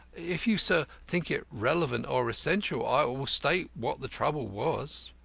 if you, sir, think it relevant or essential, i will state what the trouble was.